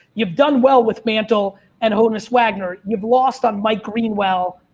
you've done well with mantle and honus wagner. you've lost on mike greenwell,